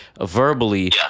verbally